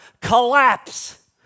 collapse